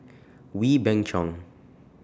Wee Beng Chong